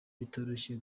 bitoroshye